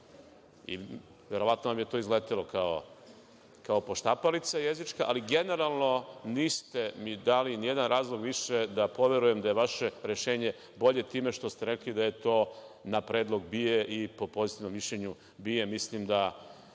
Verovatno vam je to izletelo kao poštapalica, ali generalno niste mi dali ni jedan razlog više da poverujem da je vaše rešenje bolje time što ste rekli da je to na predlog BIA i po pozitivnom mišljenju BIA.